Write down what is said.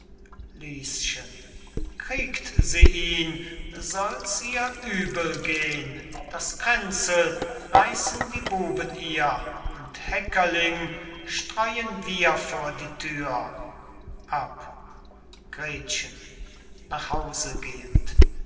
lieschen kriegt sie ihn soll's ihr übel gehn das kränzel reißen die buben ihr und häckerling streuen wir vor die thür ab gretchen nach hause gehend